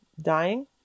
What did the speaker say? dying